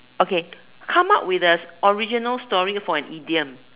okay come up with a original story for an idiom